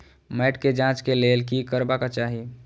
मैट के जांच के लेल कि करबाक चाही?